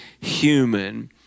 human